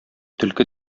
төлке